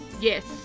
yes